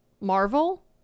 marvel